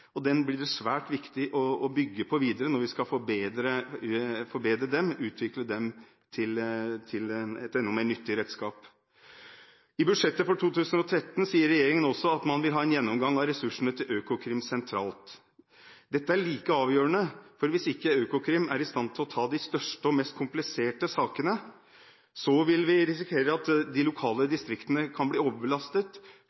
og den blir det svært viktig å bygge videre på når vi skal forbedre og utvikle dem til et enda mer nyttig redskap. I budsjettet for 2013 sier regjeringen også at man vil ha en gjennomgang av ressursene til Økokrim sentralt. Dette er like avgjørende, for hvis ikke Økokrim er i stand til å ta de største og mest kompliserte sakene, vil vi risikere at de lokale